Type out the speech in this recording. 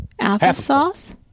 applesauce